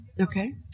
okay